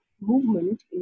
movement